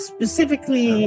Specifically